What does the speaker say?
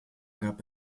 gab